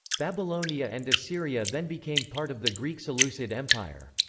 babylonia and assyria then became part of the greek seleucid empire.